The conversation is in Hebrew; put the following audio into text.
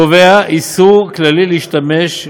קובע איסור כללי להשתמש,